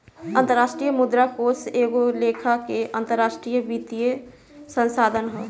अंतरराष्ट्रीय मुद्रा कोष एगो लेखा के अंतरराष्ट्रीय वित्तीय संस्थान ह